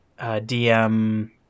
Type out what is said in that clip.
DM